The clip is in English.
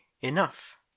enough